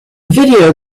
video